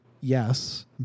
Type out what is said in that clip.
Yes